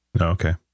Okay